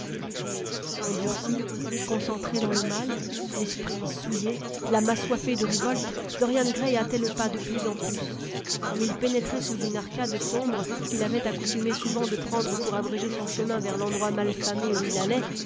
endurci concentré dans le mal l'esprit souillé l'âme assoiffée de révolte dorian gray hâtait le pas de plus en plus gomme il pénétrait sous une arcade sombre qu'il avait accoutumé souvent de prendre pour abréger son chemin vers l'endroit mal famé où il allait